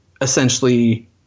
essentially